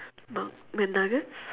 mac~ mcnuggets